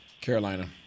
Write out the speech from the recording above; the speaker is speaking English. Carolina